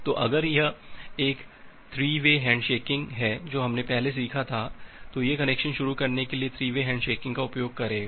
तो अगर यह एक 3 वे हैण्डशेकिंग है जो हमने पहले सीखा है तो यह कनेक्शन शुरू करने के लिए 3 वे हैण्डशेकिंग का उपयोग करेगा